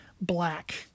Black